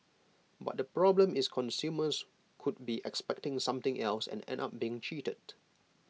but the problem is consumers could be expecting something else and end up being cheated